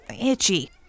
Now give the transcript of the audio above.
itchy